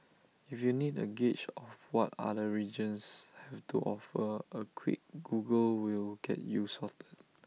if you need A gauge of what other regions have to offer A quick Google will get you sorted